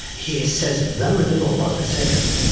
he ah says very little about the second.